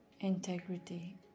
integrity